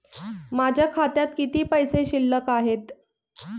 माझ्या खात्यात किती पैसे शिल्लक आहेत?